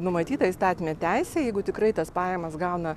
numatyta įstatyme teisė jeigu tikrai tas pajamas gauna